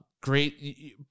great